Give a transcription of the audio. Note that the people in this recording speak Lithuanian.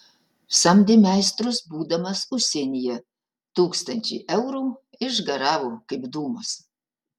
samdė meistrus būdamas užsienyje tūkstančiai eurų išgaravo kaip dūmas